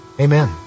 Amen